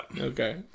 Okay